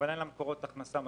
אין לרשות מקורות הכנסה מספיקים.